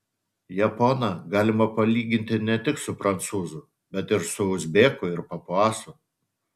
japoną galima palyginti ne tik su prancūzu bet ir su uzbeku ir papuasu